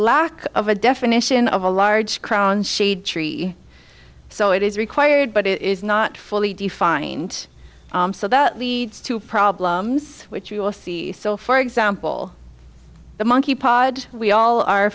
lack of a definition of a large crown shade tree so it is required but it is not fully defined so that leads to problems which you will see so for example the monkey pod we all are